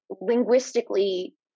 linguistically